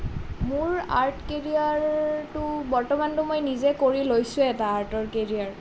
মোৰ আৰ্ট কেৰিয়াৰটো বৰ্তমানতো মই নিজে কৰি লৈছোৱেই এটা আৰ্টৰ কেৰিয়াৰ